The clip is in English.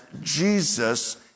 Jesus